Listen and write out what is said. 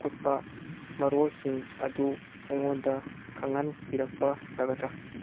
ꯑꯀꯨꯞꯄ ꯃꯔꯣꯜꯁꯤꯡ ꯑꯗꯨ ꯑꯩꯉꯣꯟꯗ ꯈꯪꯍꯟꯕꯤꯔꯛꯄ ꯌꯥꯒꯗ꯭ꯔꯥ